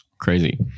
Crazy